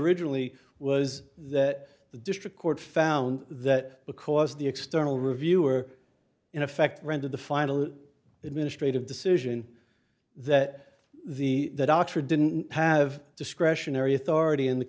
originally was that the district court found that because of the external review or in effect rendered the final administrative decision that the doctor didn't have discretionary authority in the